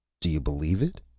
do you believe it?